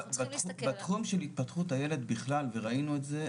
אנחנו צריכים להסתכל --- בתחום של התפתחות הילד בכלל וראינו את זה,